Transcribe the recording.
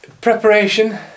Preparation